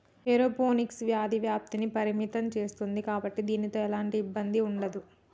aeroponics వ్యాధి వ్యాప్తిని పరిమితం సేస్తుంది కాబట్టి దీనితో ఎలాంటి ఇబ్బంది ఉండదు